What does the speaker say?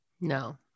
No